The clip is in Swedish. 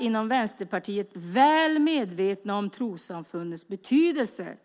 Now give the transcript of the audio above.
Inom Vänsterpartiet är vi väl medvetna om trossamfundens betydelse